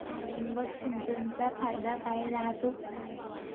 ठिबक सिंचनचा फायदा काय राह्यतो?